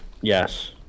yes